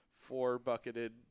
four-bucketed